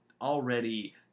already